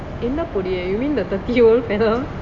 என்ன பொடியை:enna podiya you mean the thirty year old fella